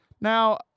Now